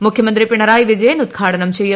മുഖ്യമന്ത്രി പിണറായി വിജയൻ ഉദ്ഘാടനം ചെയ്യും